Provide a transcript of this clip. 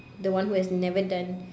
the one who has never done